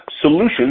solutions